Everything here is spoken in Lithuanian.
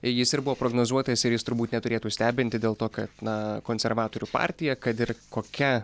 jis ir buvo prognozuotas ir jis turbūt neturėtų stebinti dėl to kad na konservatorių partija kad ir kokia